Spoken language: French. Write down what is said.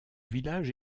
village